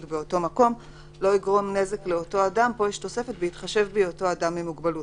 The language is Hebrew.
באותו מקום לא יגרום לאותו אדם נזק בשל היותו אדם עם מוגבלות.